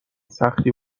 سختی